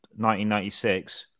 1996